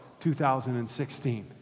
2016